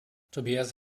tobias